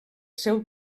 seu